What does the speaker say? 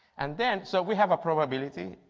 and then so we have a probability.